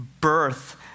birth